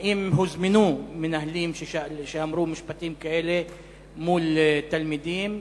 האם הוזמנו מנהלים שאמרו משפטים כאלה מול תלמידים,